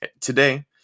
today